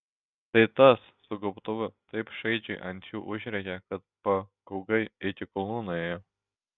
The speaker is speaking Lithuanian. tai tas su gobtuvu taip šaižiai ant jų užrėkė kad pagaugai iki kulnų nuėjo